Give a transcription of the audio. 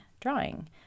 drawing